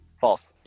False